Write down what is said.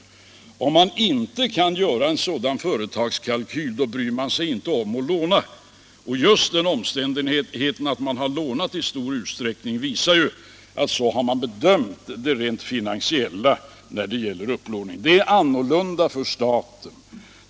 Om man inte kan göra en sådan företagskalkyl bryr man sig inte om att låna. Och just den omständigheten att man lånat i stor utsträckning visar att man när det gäller upplåningen har bedömt det rent finansiella på det sättet. Det är annorlunda för staten.